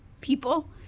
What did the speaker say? people